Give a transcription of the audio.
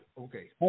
Okay